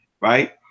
right